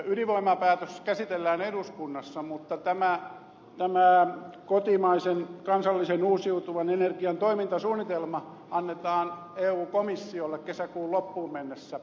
ydinvoimapäätös käsitellään eduskunnassa mutta tämä kansallisen uusiutuvan energian toimintasuunnitelma annetaan eu komissiolle kesäkuun loppuun mennessä